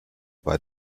bei